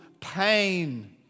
pain